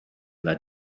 led